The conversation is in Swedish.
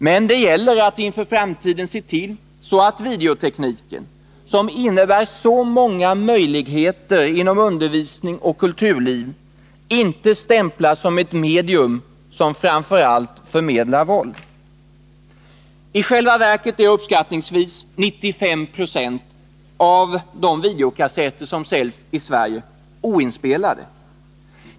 Men det gäller att inför framtiden se till att videotekniken, som innebär så många möjligheter inom undervisning och kulturliv, inte stämplas som ett medium som framför allt förmedlar våld. I själva verket är uppskattningsvis 95 90 av de videokassetter som säljs i Sverige oinspelade.